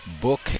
book